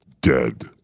dead